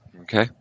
Okay